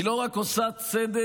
היא לא רק עושה צדק